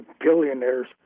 billionaires